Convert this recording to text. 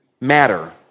matter